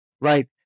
Right